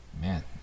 Man